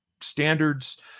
standards